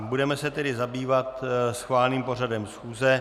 Budeme se tedy zabývat schváleným pořadem schůze.